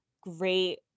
great